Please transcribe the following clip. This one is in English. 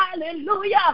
hallelujah